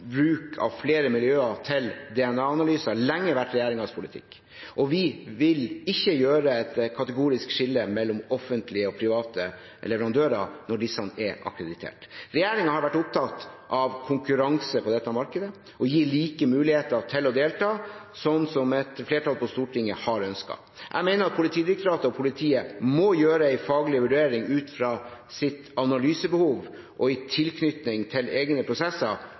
bruk av flere miljøer til DNA-analyser lenge vært regjeringens politikk. Vi vil ikke gjøre et kategorisk skille mellom offentlige og private leverandører når disse er akkreditert. Regjeringen har vært opptatt av konkurranse på dette markedet og av å gi like muligheter til å delta, slik som et flertall på Stortinget har ønsket. Jeg mener at Politidirektoratet og politiet må gjøre en faglig vurdering ut fra sitt analysebehov og i tilknytning til egne prosesser